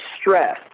stress